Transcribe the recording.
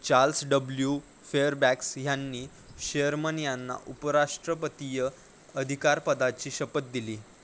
Charles W Fairbanks ह्यांनी Sherman यांना उपराष्ट्रपतीय अधिकारपदाची शपथ दिली